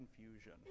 confusion